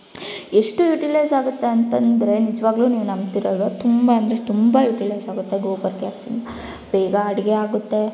ಎಷ್ಟು ಯುಟಿಲೈಝಾಗುತ್ತೆ ಅಂತಂದ್ರೆ ನಿಜ್ವಾಗಲೂ ನೀವು ನಂಬ್ತಿರೋ ಇಲ್ವೋ ತುಂಬ ಅಂದರೆ ತುಂಬ ಯುಟಿಲೈಝಾಗುತ್ತೆ ಗೋಬರ್ ಗ್ಯಾಸು ಬೇಗ ಅಡುಗೆ ಆಗುತ್ತೆ